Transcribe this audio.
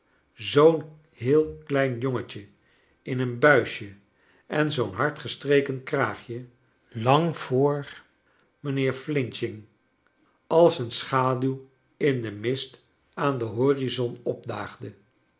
zoo'n heel klein jongetje in een buisje en zoo'n hard gestreken kraagje lang voor mijnheer f als een schaduw in den mist aan den horizon opdaagde